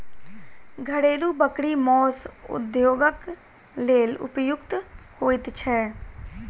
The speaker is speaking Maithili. घरेलू बकरी मौस उद्योगक लेल उपयुक्त होइत छै